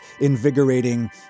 invigorating